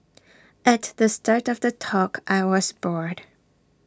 at the start of the talk I was booed